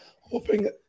hoping